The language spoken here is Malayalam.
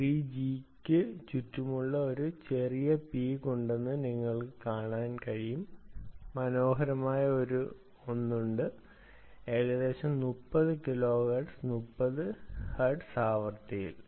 3 G ക്ക് ചുറ്റുമുള്ള ഒരു ചെറിയ പീക്ക് ഉണ്ടെന്ന് നിങ്ങൾക്ക് കാണാൻ കഴിയും ഏകദേശം 30 കിലോഹെർട്സ് 30 ഹെർട്സ് ആവൃത്തിയിൽ